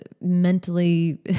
mentally